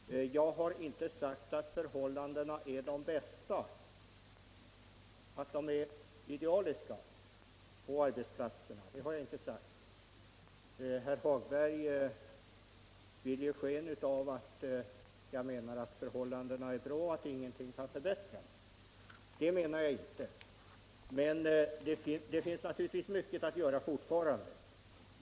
Fru talman! Jag har inte sagt att förhållandena är idealiska på arbetsplatserna. Herr Hagberg i Borlänge vill ge sken av att jag menar att förhållandena är bra och att ingenting kan förbättras. Det menar jag inte. Det finns naturligtvis mycket att göra fortfarande.